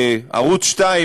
בערוץ 2,